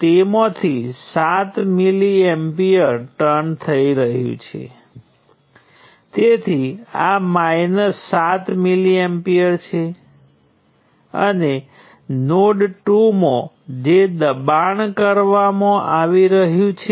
તેથી તમે આ બાબત જાણો છો હું સામાન્ય રીતે બતાવવાનો પ્રયાસ કરૂ છું કે તેના કંડક્ટન્સ મેટ્રિક્સનો દરેક રેઝિસ્ટન્સ કેવી રીતે થાય છે નોડ 1 માંથી વહેતો કરંટ G છે